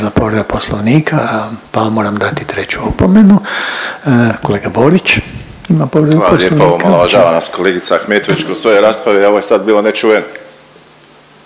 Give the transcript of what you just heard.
bila povreda Poslovnika pa vam moram dati treću opomenu. Kolega Borić ima povredu Poslovnika. **Borić, Josip (HDZ)** Hvala lijepo. Omalovažava nas kolegica Ahmetović u svojoj raspravi. Ovo je sad bilo nečuveno.